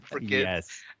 Yes